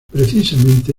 precisamente